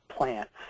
Plants